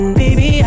baby